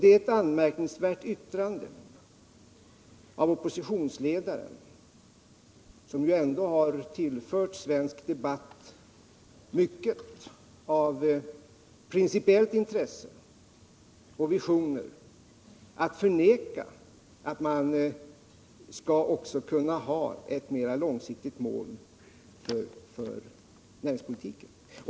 Det är anmärkningsvärt av oppositionsledaren, som ju ändå har tillfört svensk debatt mycket av principiellt intresse och visioner, att förneka att man också skall kunna ha ett mera långsiktigt mål för näringspolitiken.